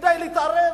כדי להתערב?